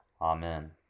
Amen